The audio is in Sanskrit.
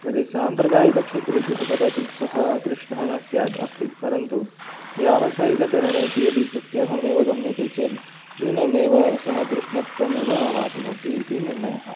तर्हि साम्प्रदायिकक्षेत्रेषु तु कदाचित् सः कृष्णः न स्यात् अपि परन्तु व्यावसायिकतरणेषु यदि प्रत्यहमेव गम्यते चेत् नूनमेव सः कृष्णत्वमेव अवाप्नोति इति निर्णयः